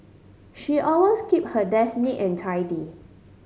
she always keep her desk neat and tidy